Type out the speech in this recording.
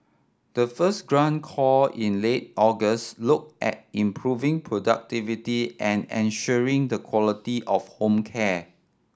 the first grant call in late August looked at improving productivity and ensuring the quality of home care